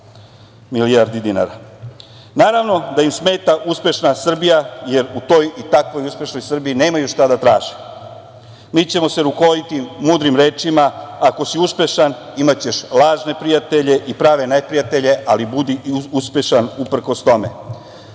milijardi dinara. Naravno, da im smeta uspešna Srbija, jer u toj i takvoj uspešnoj Srbiji nemaju šta da traže. Mi ćemo se rukovoditi mudrim rečima - ako si uspešan imaćeš lažne prijatelje i prave neprijatelje ali budi uspešan uprkos tome. Ono